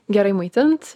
gerai maitint